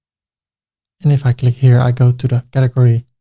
and if i click here, i go to the category,